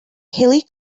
hilly